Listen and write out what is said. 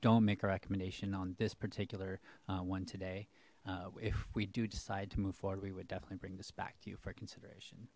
don't make a recommendation on this particular one today if we do decide to move forward we would definitely bring this back to you for consideration